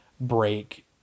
break